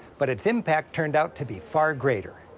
but its impact turned out to be far greater.